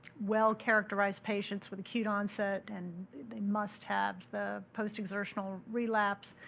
well characterized patients with acute onset and they must have the post-exertional relapse.